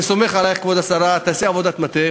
אני סומך עלייך, כבוד השרה, שתעשי עבודת מטה